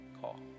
call